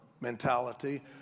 mentality